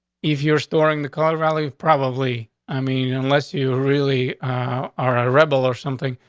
if you're storing the car rally of probably. i mean, unless you really are a rebel or something,